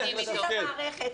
כלפי המערכת.